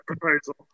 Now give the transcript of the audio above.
proposal